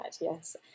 yes